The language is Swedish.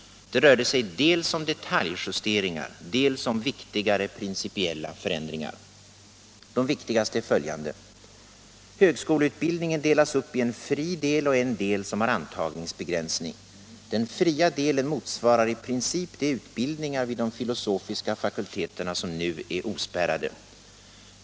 Det rörde sig dels om detaljjusteringar, dels om viktigare principiella förändringar. De viktigaste är följande: 1. Högskoleutbildningen delas upp i en fri del och en del som har antagningsbegränsning. Den fria delen motsvarar i princip de utbildningar vid de filosofiska fakulteterna, som nu är ospärrade.